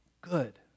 good